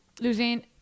Luzine